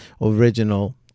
original